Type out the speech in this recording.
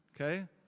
Okay